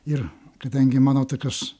ir kadangi mano tokios